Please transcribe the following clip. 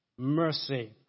Mercy